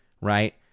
right